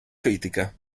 critica